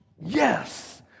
Yes